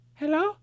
hello